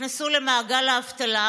נכנסו למעגל האבטלה,